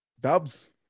dubs